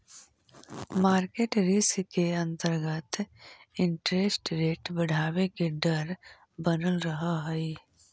market risk के अंतर्गत interest rate बढ़वे के डर बनल रहऽ हई